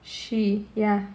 she ya